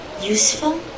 useful